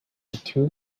two